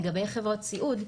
לגבי חברות סיעוד,